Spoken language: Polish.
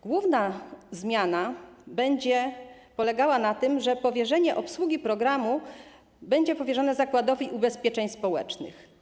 Główna zmiana będzie polegała na tym, że obsługa programu będzie powierzona Zakładowi Ubezpieczeń Społecznych.